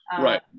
Right